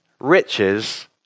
riches